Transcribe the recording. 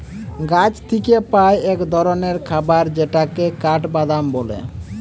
গাছ থিকে পাই এক ধরণের খাবার যেটাকে কাঠবাদাম বলে